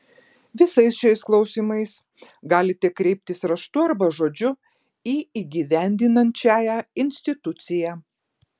visais šiais klausimais galite kreiptis raštu arba žodžiu į įgyvendinančiąją instituciją